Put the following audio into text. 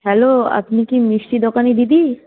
hello আপনি কি মিষ্টি দোকানের দিদি